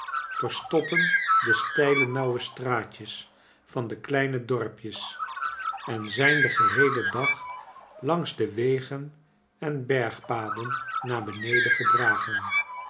verstoppen de steile nauwe straatjes van de kleine dorpjes en zijn den geheelen dag langs de wegen en bergpaden naar beneden gedragen